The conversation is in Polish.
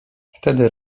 wtedy